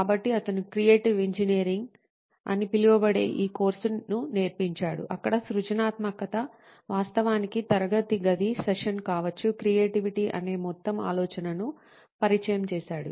కాబట్టి అతను creative engineering అని పిలువబడే ఈ కోర్సును నేర్పించాడు అక్కడ సృజనాత్మకత వాస్తవానికి తరగతి గది సెషన్ కావచ్చు క్రియేటివిటీ అనే మొత్తం ఆలోచనను పరిచయం చేశాడు